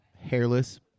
Hairless